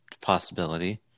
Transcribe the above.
possibility